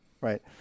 right